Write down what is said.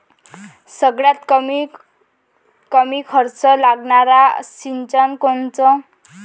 सगळ्यात कमीत कमी खर्च लागनारं सिंचन कोनचं?